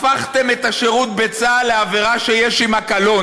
הפכתם את השירות בצה"ל לעבירה שיש עמה קלון,